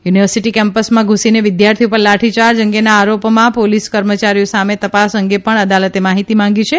university કેમ્પસમાં ધૂસીને વિદ્યાર્થીઓ પર લાઠીયાર્જ અંગેના આરોપમાં પોલીસ કર્મચારીઓ સામે તપાસ અંગે પણ અદાલતે માફીતી માંગી છે